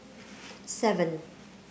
seven